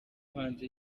hanze